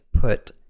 put